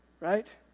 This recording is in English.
right